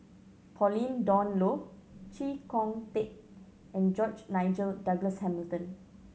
Pauline Dawn Loh Chee Kong Tet and George Nigel Douglas Hamilton